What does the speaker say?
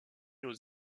aux